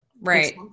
right